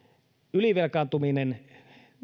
ylivelkaantuminen